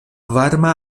varma